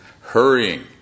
hurrying